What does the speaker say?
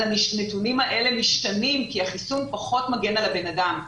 הנתונים האלה משתנים כי החיסון פחות מגן על הבן אדם ולהידבק,